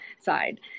side